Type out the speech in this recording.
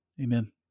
Amen